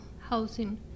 housing